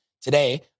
Today